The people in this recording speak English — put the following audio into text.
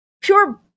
pure